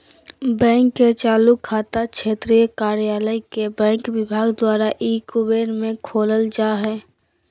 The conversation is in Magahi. बैंक के चालू खाता क्षेत्रीय कार्यालय के बैंक विभाग द्वारा ई कुबेर में खोलल जा हइ